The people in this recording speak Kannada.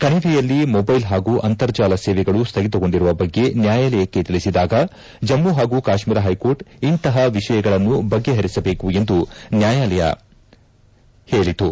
ಕಣಿವೆಯಲ್ಲಿ ಮೊಬೈಲ್ ಹಾಗೂ ಅಂತರ್ಜಾಲ ಸೇವೆಗಳು ಸ್ಥಗಿತಗೊಂಡಿರುವ ಬಗ್ಗೆ ನ್ಯಾಯಾಲಯಕ್ಕೆ ತಿಳಿಸಿದಾಗ ಜಮ್ಮ ಹಾಗೂ ಕಾಶ್ಮೀರ ಹೈಕೋರ್ಟ್ ಇಂತಹ ವಿಷಯಗಳನ್ನು ಬಗೆಹರಿಸಬೇಕು ಎಂದು ನ್ಯಾಯಾಲಯ ಹೇಳಿತು